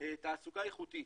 תעסוקה איכותית